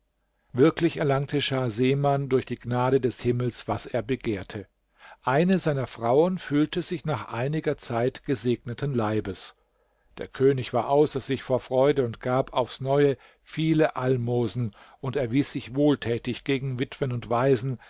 wirklich erlangte schah seman durch die gnade des himmels was er begehrte eine seiner frauen fühlte sich nach einiger zeit gesegneten leibes der könig war außer sich vor freude und gab aufs neue viele almosen und erwies sich wohltätig gegen witwen und waisen